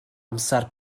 amser